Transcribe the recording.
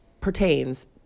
pertains